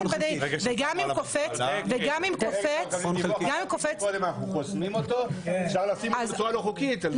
קודם אנחנו חוסמים אותו --- בצורה לא חוקית.